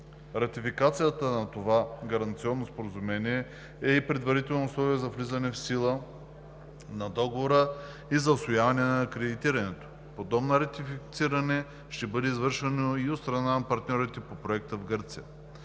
Ратификацията на това гаранционно Споразумение е и предварително условие за влизане в сила на Договора и за усвояване на кредитирането. Подобно ратифициране ще бъде извършено и от страна на партньорите по Проекта в Гърция.